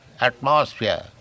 atmosphere